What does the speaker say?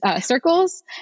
circles